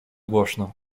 głośno